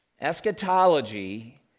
Eschatology